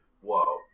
Whoa